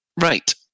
right